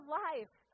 life